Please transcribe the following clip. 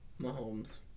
Mahomes